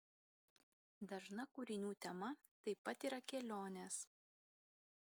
dažna kūrinių tema taip pat yra kelionės